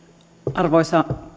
arvoisa